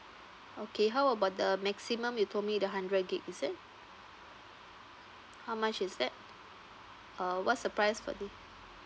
okay how about the maximum you told me the hundred G_B is it how much is that uh what's the price for it